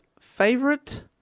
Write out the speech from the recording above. Favorite